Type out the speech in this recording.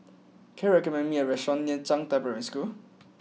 can you recommend me a restaurant near Zhangde Primary School